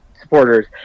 supporters